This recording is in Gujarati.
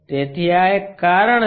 તેથી આ એક કારણ છે